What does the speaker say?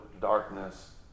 darkness